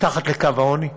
מתחת לקו העוני.